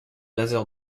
laser